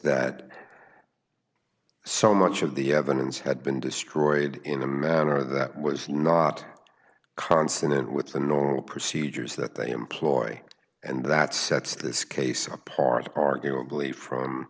that so much of the evidence had been destroyed in the manner that was not consonant with the normal procedures that they employ and that sets this case apart arguably from